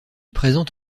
présente